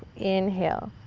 inhale.